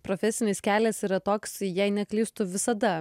profesinis kelias yra toks jei neklystu visada